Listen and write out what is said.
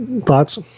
Thoughts